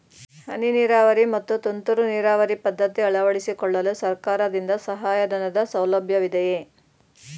ಹನಿ ನೀರಾವರಿ ಮತ್ತು ತುಂತುರು ನೀರಾವರಿ ಪದ್ಧತಿ ಅಳವಡಿಸಿಕೊಳ್ಳಲು ಸರ್ಕಾರದಿಂದ ಸಹಾಯಧನದ ಸೌಲಭ್ಯವಿದೆಯೇ?